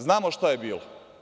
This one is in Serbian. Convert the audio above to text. Znamo šta je bilo.